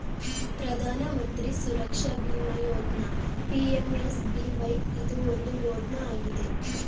ಪ್ರಧಾನ ಮಂತ್ರಿ ಸುರಕ್ಷಾ ಬಿಮಾ ಯೋಜ್ನ ಪಿ.ಎಂ.ಎಸ್.ಬಿ.ವೈ ಇದು ಒಂದು ಯೋಜ್ನ ಆಗಿದೆ